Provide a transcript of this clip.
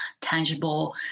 tangible